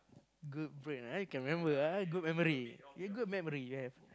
good break right can remember ah good memory you have good memory you have